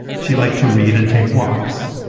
she liked to read and take walks,